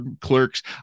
Clerks